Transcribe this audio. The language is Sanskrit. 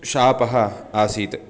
शापः आसीत्